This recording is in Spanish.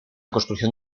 construcción